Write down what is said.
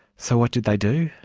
so what did they do?